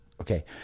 Okay